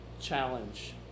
challenge